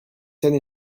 scène